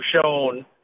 shown